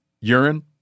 urine